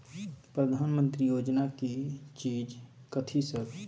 प्रधानमंत्री योजना की चीज कथि सब?